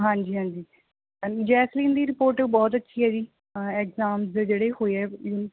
ਹਾਂਜੀ ਹਾਂਜੀ ਹਾਂਜੀ ਜੈਸਲੀਨ ਦੀ ਰਿਪੋਰਟ ਬਹੁਤ ਅੱਛੀ ਹੈ ਜੀ ਏਗਜਾਮਜ਼ ਜਿਹੜੇ ਹੋਏ ਹੈ